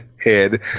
head